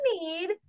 need